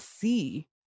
see